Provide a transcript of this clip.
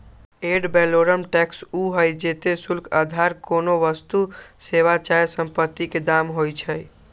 ad valorem tax उ हइ जेते शुल्क अधार कोनो वस्तु, सेवा चाहे सम्पति के दाम होइ छइ